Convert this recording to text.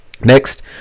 next